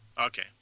Okay